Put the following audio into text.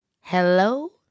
Hello